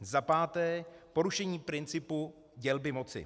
Za páté, Porušení principu dělby moci.